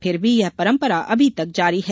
फिर भी यह परम्परा अभी तक जारी है